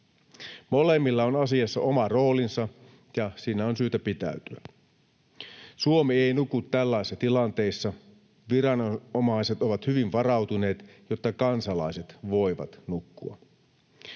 Molemmilla on asiassa oma roolinsa, ja siinä on syytä pitäytyä. Suomi ei nuku tällaisissa tilanteissa. Viranomaiset ovat hyvin varautuneet, jotta kansalaiset voivat nukkua.